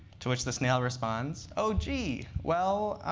to which the snail responds, oh, gee. well,